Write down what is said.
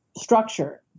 structure